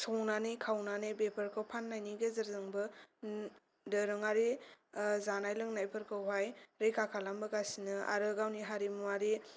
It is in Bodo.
संनानै खावनानै बेफोरखौ फाननायनि गेजेरजोंबो दोरोङारि जानाय लोंनायफोरखौ हाय रैखा खालामबोगासिनो आरो गावनि हारिमुवारि